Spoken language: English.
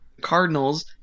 Cardinals